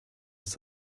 ist